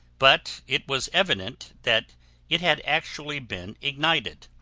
but it was evident that it had actually been ignited.